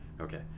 Okay